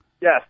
Yes